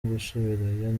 gusubirayo